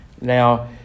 Now